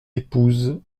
épouse